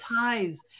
ties